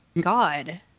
God